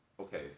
okay